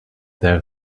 there